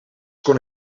kon